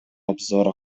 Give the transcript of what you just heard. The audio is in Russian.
обзора